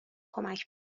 کمک